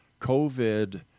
covid